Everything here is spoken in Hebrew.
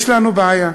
יש לנו בעיה.